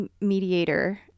mediator